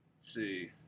see